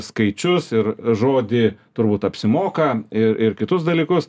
skaičius ir ir žodį turbūt apsimoka ir ir kitus dalykus